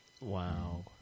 Wow